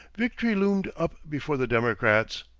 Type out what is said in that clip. victory loomed up before the democrats.